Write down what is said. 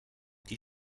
die